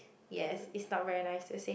yes it's not very nice to say